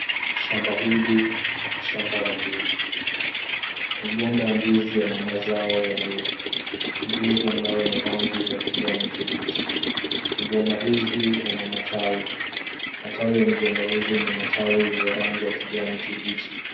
Shamba hili ni shamba la ndizi. Migomba ya ndizi yana mazao ya ndizi, ndizi ambao ni rangi ya kijani kibichi. Migomba hizi yana matawi. Matawi ya migomba hizi ni matawi ya rangi ya kijani kibichi.